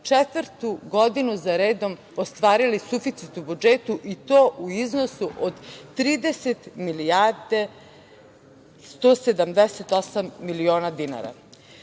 četvrtu godinu za redom ostvarili suficit u budžetu, i to u iznosu od 30 milijardi 178 miliona